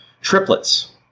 triplets